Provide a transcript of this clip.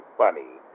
funny